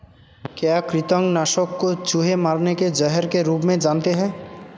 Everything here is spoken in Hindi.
क्या कृतंक नाशक को चूहे मारने के जहर के रूप में जानते हैं?